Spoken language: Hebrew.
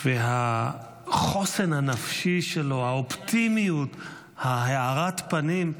החוסן הנפשי שלו, האופטימיות, הארת הפנים,